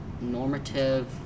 normative